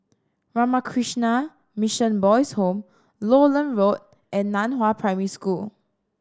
Ramakrishna Mission Boys' Home Lowland Road and Nan Hua Primary School